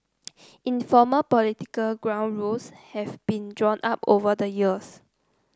informal political ground rules have been drawn up over the years